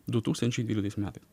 du tūkstančiai dvyliktais metais